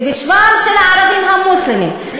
ובשמם של הערבים המוסלמים,